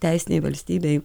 teisinėj valstybėj